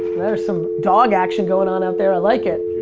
there's some dog action going on out there. i like it.